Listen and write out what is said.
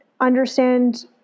understand